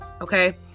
okay